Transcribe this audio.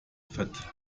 fett